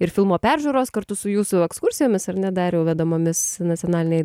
ir filmo peržiūros kartu su jūsų ekskursijomis ar ne dariau vedamomis nacionalinėj